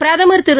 பிரதமர் திரு